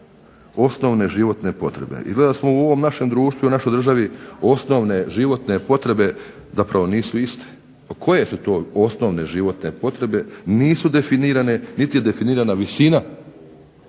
Osnovne životne potrebe. Izgleda da su u ovom našem društvu i našoj državi osnovne životne potrebe zapravo nisu iste. Koje su to osnovne životne potrebe? Nisu definirane, niti je definirana visina